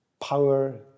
Power